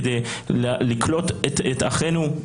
כדי לקלוט את אחינו.